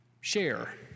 Share